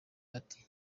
ati